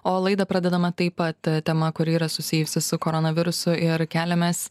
o laidą pradedame taip pat tema kuri yra susijusi su koronavirusu ir keliamės